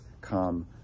Come